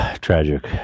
Tragic